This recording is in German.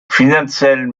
finanziellen